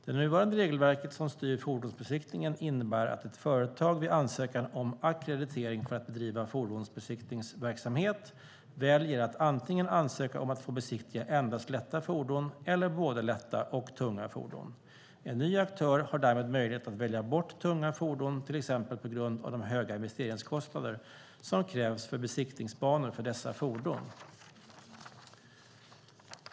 Det nuvarande regelverket som styr fordonsbesiktningen innebär att ett företag vid ansökan om ackreditering för att bedriva fordonsbesiktningsverksamhet väljer att antingen ansöka om att få besiktiga endast lätta fordon eller både lätta och tunga fordon. En ny aktör har därmed möjlighet att välja bort tunga fordon, till exempel på grund av de höga investeringskostnader som krävs för besiktningsbanor för dessa fordon.